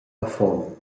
affon